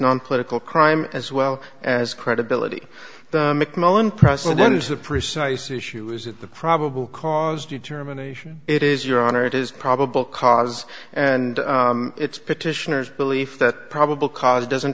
nonpolitical crime as well as credibility mcmullin president is the precise issue is that the probable cause determination it is your honor it is probable cause and its petitioners belief that probable cause doesn't